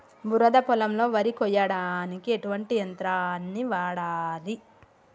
బురద పొలంలో వరి కొయ్యడానికి ఎటువంటి యంత్రాన్ని వాడాలి?